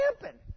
camping